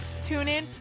TuneIn